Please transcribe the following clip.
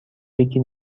یکی